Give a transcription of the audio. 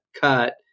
cut